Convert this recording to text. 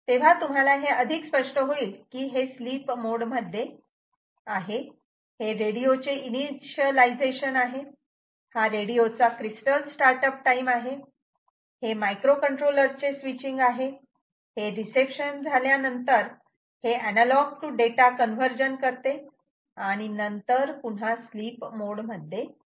तेव्हा तुम्हाला हे अधिक स्पष्ट होईल की हे स्लिप मोड आहे हे रेडिओ चे इनिशियलायझेशन आहे हा रेडिओचा क्रिस्टल स्टार्टअप टाईम आहे हे मायक्रो कंट्रोलर चे स्विचींग आहे हे रिसेपशन झाल्या नंतर हे अनालॉग तू डेटा कन्व्हर्जन करते आणि नंतर पुन्हा स्लीप मोड मध्ये जाते